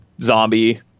zombie